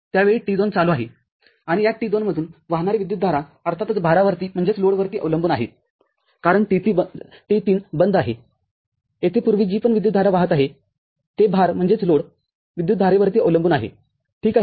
त्या वेळी T२चालू आहेआणि या T२मधून वाहणारी विद्युतधारा अर्थातच भारावरतीअवलंबून आहे कारण T3बंद आहे येथे पूर्वी जी पण विद्युतधारा वाहत आहे ते भार विद्युतधारेवरती अवलंबून आहे ठीक आहे